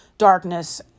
darkness